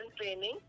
training